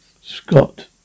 Scott